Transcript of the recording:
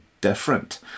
different